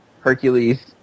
Hercules